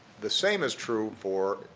the same is true for